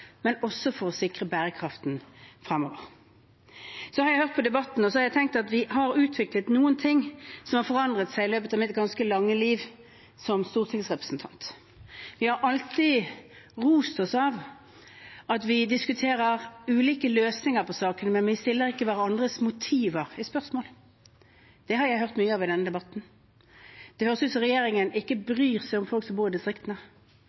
for å sikre bærekraften fremover. Jeg har hørt på debatten og tenkt at det er noe som har forandret seg i løpet av mitt ganske lange liv som stortingsrepresentant. Vi har alltid rost oss av at vi diskuterer ulike løsninger på sakene, men vi stiller ikke hverandres motiver i tvil i spørsmål. Det har jeg hørt mye av i denne debatten. Det høres ut som om regjeringen ikke bryr seg om folk som bor i distriktene.